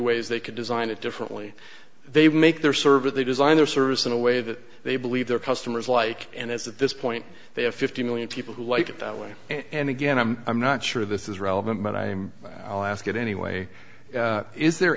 ways they could design it differently they make their server they design their service in a way that they believe their customers like and it's at this point they have fifty million people who like it that way and again i'm i'm not sure this is relevant but i ask it anyway is there